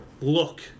look